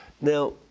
Now